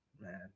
man